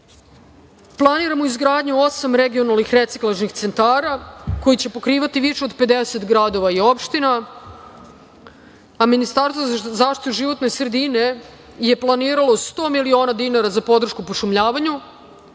evra. Planiramo izgradnju osam regionalnih reciklažnih centara koji će pokrivati više od 50 gradova i opština, a Ministarstvo za zaštitu životne sredine je planiralo 100 miliona dinara za podršku pošumljavanju. Ovo